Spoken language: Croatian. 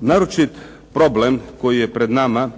Naročit problem koji je pred nama